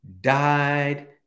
died